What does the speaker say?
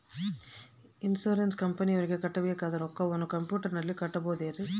Insurance ಕಂಪನಿಯವರಿಗೆ ಕಟ್ಟಬೇಕಾದ ರೊಕ್ಕವನ್ನು ಕಂಪ್ಯೂಟರನಲ್ಲಿ ಕಟ್ಟಬಹುದ್ರಿ?